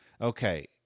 okay